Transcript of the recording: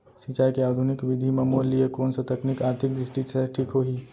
सिंचाई के आधुनिक विधि म मोर लिए कोन स तकनीक आर्थिक दृष्टि से ठीक होही?